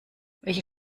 welche